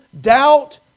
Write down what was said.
doubt